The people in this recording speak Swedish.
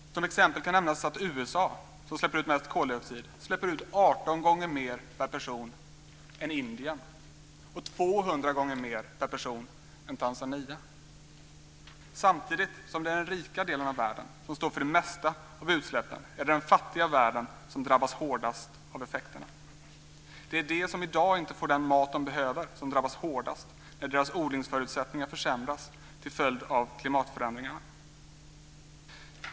Som exempel kan nämnas att USA, som släpper ut mest koldioxid, släpper ut 18 gånger mer per person än Indien och 200 gånger mer per person än Tanzania. Samtidigt som det är den rika delen av världen som står för det mesta av utsläppen är det den fattiga världen som drabbas hårdast av effekterna. Det är de som i dag inte får den mat de behöver som drabbas hårdast när deras odlingsförutsättningar försämras till följd av klimatförändringarna.